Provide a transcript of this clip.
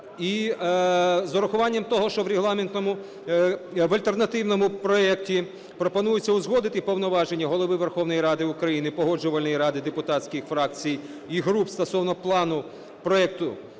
Із врахуванням того, що в альтернативному проекті пропонується узгодити повноваження Голови Верховної Ради України, Погоджувальної ради депутатських фракцій і груп стосовно плану проекту…